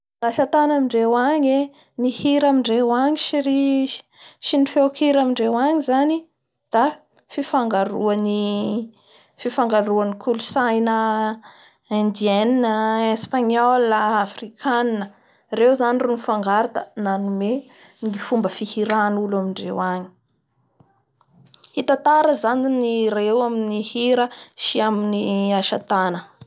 Ny ampela a filipiny any zay ny koloysay nanampetraky anatindreo ao da hoe tsotsotra engy sady da tena hitanao hoe fitafian'ampela zany e, fa tsy manaonao fitafia andellahy io.